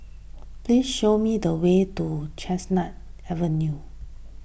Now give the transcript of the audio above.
please show me the way to Chestnut Avenue